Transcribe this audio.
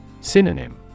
Synonym